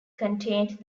contained